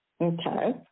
Okay